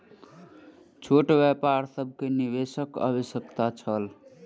छोट व्यापार सभ के निवेशक आवश्यकता छल